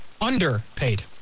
Underpaid